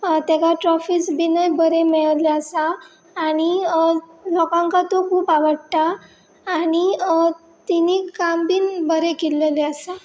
तेका ट्रॉफीज बिनूय बरे मेळल्ले आसा आनी लोकांक तो खूब आवडटा आनी तिनी काम बीन बरें केल्ललें आसा